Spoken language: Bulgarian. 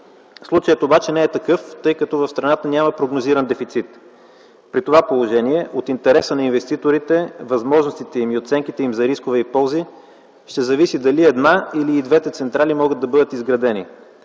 Случаят обаче не е такъв, тъй като в страната няма прогнозиран дефицит. При това положение от интереса на инвеститорите, възможностите им и оценките за рискове и ползи ще зависи дали едната или и двете централи ще могат да бъдат изградени.